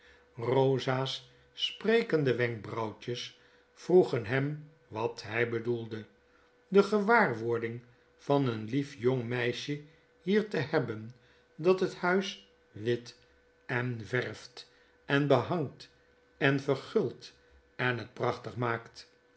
rosa's sprekendewenkbrauwtjes vroegenhem wat hy bedoelde de gewaarwording van een lief jong meisje hier te hebben dat het huis wit en verft en behangt en verguldt en het prachtig maaktl